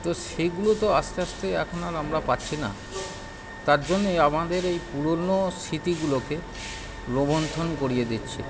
তো সেগুলো তো আস্তে আস্তে এখন আর আমরা পাচ্ছি না তার জন্যেই আমাদের এই পুরনো স্মৃতিগুলোকে রোমন্থন করিয়ে দিচ্ছে